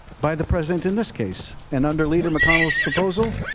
by the president in this case. and under leader mcconnell's proposal,